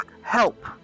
Help